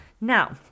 Now